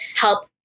help